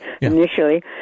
initially